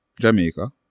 Jamaica